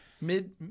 Mid